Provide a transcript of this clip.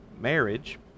marriage